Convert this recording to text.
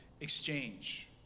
exchange